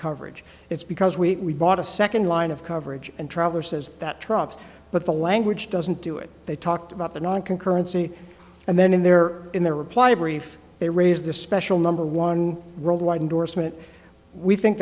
coverage it's because we bought a second line of coverage and traverses that trumps but the language doesn't do it they talked about the non concurrency and then in their in their reply brief they raised the special number one worldwide endorsement we think